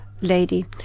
lady